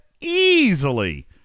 easily